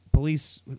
Police